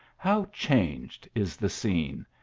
how changed is the scene!